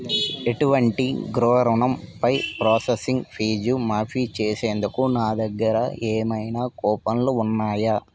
ఎటువంటి గృహ రుణంపై ప్రాసెసింగ్ ఫీజు మాఫీ చేసేందుకు నా దగ్గర ఏమైన కూపన్లు ఉన్నాయా